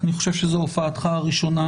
אני חושב שזו הופעתך הראשונה,